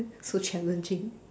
so challenging